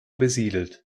besiedelt